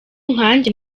nkajye